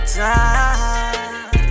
time